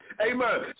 Amen